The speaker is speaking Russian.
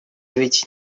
ведь